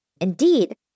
Indeed